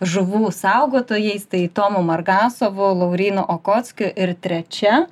žuvų saugotojais tai tomu margasovu laurynu okockiu ir trečia